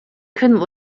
couldn’t